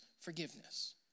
forgiveness